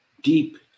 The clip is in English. deep